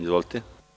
Izvolite.